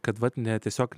kad ne tiesiog